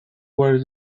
where